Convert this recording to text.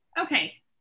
Okay